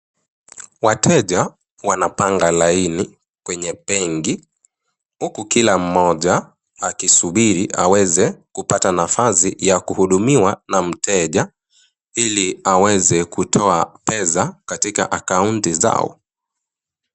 Wateja wanapanga laini kwenye benki. Huku kila mmoja akisubiri aweze kupata nafasi ya kuhudumiwa na mteja. Ili aweze kutoa pesa katika akaunti zao.